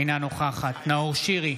אינה נוכחת נאור שירי,